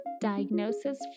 Diagnosis